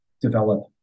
develop